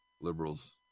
Liberals